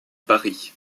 paris